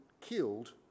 killed